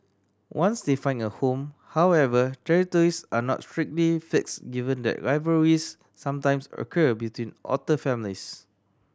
once they find a home however territories are not strictly fixed given that rivalries sometimes occur between otter families